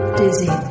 dizzy